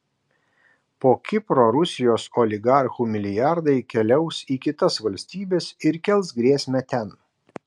po kipro rusijos oligarchų milijardai keliaus į kitas valstybes ir kels grėsmę ten